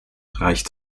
reich